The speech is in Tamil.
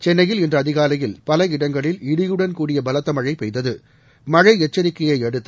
சென்னையில் இன்று அதிகாலையில் பல இடங்களில் இடியுடன் கூடிய பலத்த மழை பெய்தது மழை எச்சரிக்கையையடுத்து